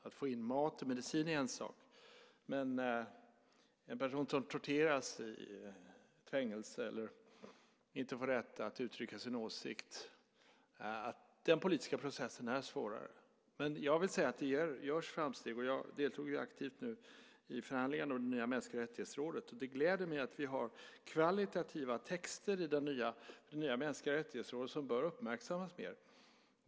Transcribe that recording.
Att få in mat och medicin är en sak. Den politiska processen med en person som torteras i ett fängelse eller inte får rätt att uttrycka sin åsikt är svårare. Men jag vill säga att det görs framsteg. Jag deltog aktivt i förhandlingarna om det nya rådet för mänskliga rättigheter. Det gläder mig att vi har kvalitativa texter i det nya rådet för mänskliga rättigheter som bör uppmärksammas.